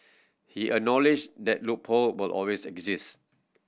he acknowledged that loophole will always exist